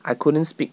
I couldn't speak